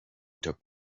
took